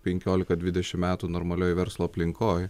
penkiolika dvidešimt metų normalioj verslo aplinkoj